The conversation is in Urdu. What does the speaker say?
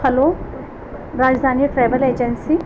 hello Rajasthani travel agency